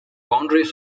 boundaries